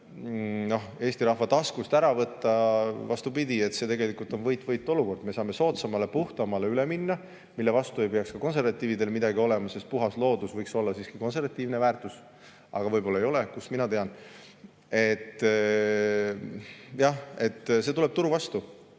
Eesti rahva taskust ära võtta – vastupidi, see tegelikult on võit-võit-olukord. Me saame soodsamale, puhtamale [energiale] üle minna, mille vastu ei peaks ka konservatiividel midagi olema, sest puhas loodus võiks olla siiski konservatiivne väärtus. Aga võib-olla ei ole, kust mina tean. Jah, see tuleb turu vastu,